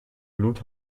blut